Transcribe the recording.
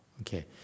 Okay